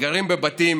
שגרים בבתים